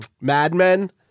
madmen